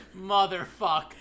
Motherfuck